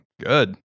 Good